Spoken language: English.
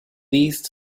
least